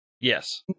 Yes